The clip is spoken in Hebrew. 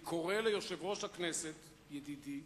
אני קורא ליושב-ראש הכנסת, ידידי,